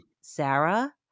Sarah